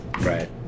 Right